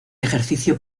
ejercicio